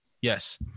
Yes